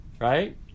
right